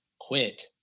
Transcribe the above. quit